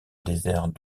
désert